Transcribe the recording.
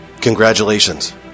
Congratulations